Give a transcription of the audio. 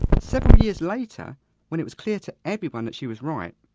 several years later when it was clear to everyone that she was right,